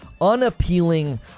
unappealing